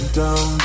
down